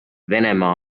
venemaa